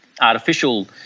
artificial